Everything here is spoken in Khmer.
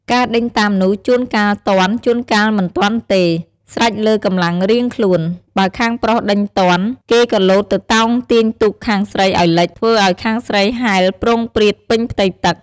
ការដេញតាមនោះ ជួនកាលទាន់ ជួនកាលមិនទាន់ទេ ស្រេចលើកម្លាំងរៀងខ្លួន បើខាងប្រុសដេញទាន ក៏គេលោតទៅតោងទាញទូកខាងស្រីឲ្យលិច ធ្វើឲ្យខាងស្រីហែលព្រោងព្រាតពេញផ្ទៃទឹក។